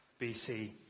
BC